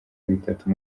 bitatu